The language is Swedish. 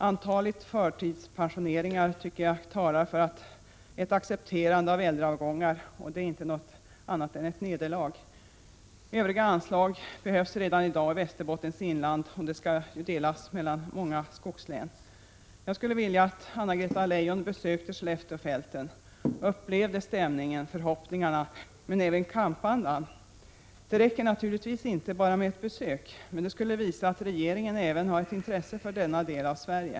Antalet förtidspensioneringar tycker jag talar för ett accepterande av äldreavgångar, och det är inte något annat än ett nederlag. Övriga anslag behövs redan i dag i Västerbottens inland. De skall ju delas mellan många skogslän. Jag skulle vilja att Anna-Greta Leijon besökte Skelleftefälten och upplevde stämningen och förhoppningarna och även kampandan. Ett besök är naturligtvis inte tillräckligt, men det skulle visa att regeringen har ett intresse även för denna del av Sverige.